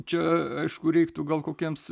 čia aišku reiktų gal kokiems